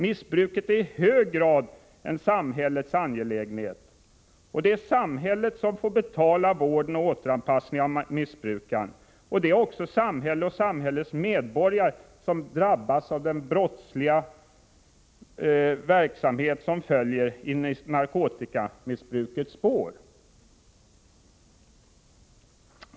Missbruket är i hög grad en samhällets angelägenhet, och det är samhället som får betala vården och återanpassningen av missbrukaren. Det är också samhället och samhällets medborgare som drabbas av den brottsliga verksamhet som följer i narkotikamissbrukets spår.